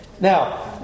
Now